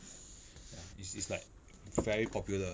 is is like very popular